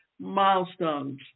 milestones